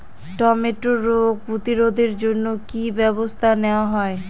টমেটোর রোগ প্রতিরোধে জন্য কি কী ব্যবস্থা নেওয়া হয়?